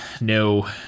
no